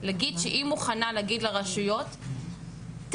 להגיד שהיא מוכנה להגיד לרשויות - תקן,